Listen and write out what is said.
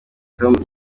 tom